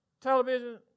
television